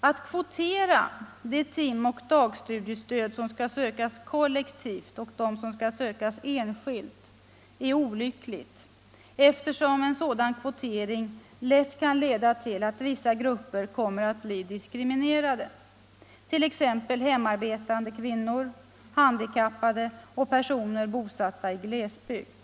Att kvotera de timoch dagstudiestöd som skall sökas kollektivt och de som skall sökas enskilt är olyckligt eftersom en sådan kvotering lätt kan leda till att vissa grupper kommer att bli diskriminerade, t.ex. hemarbetande kvinnor, handikappade och personer som är bosatta i glesbygd.